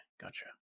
gotcha